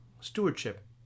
Stewardship